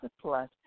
Plus